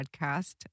podcast